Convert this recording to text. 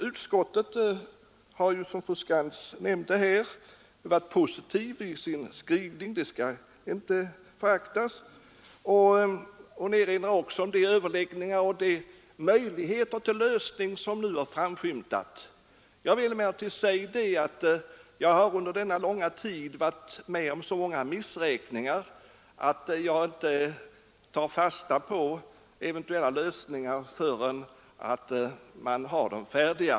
Utskottet har, som fru Skantz nämnde, varit positivt i sin skrivning, och det skall inte föraktas. Fru Skantz erinrar vidare om de överläggningar som har förekommit och de möjligheter till lösning som nu har framskymtat. Jag har emellertid under denna långa tid varit med om så många missräkningar att jag inte tar fasta på eventuella lösningar förrän man har dem färdiga.